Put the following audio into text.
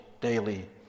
daily